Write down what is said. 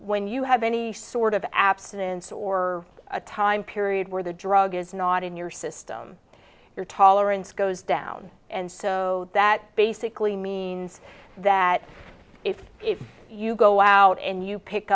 when you have any sort of abstinence or a time period where the drug is not in your system your tolerance goes down and so that basically means that if you go out and you pick